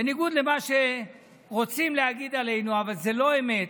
בניגוד למה שרוצים להגיד עלינו, אבל זה לא אמת,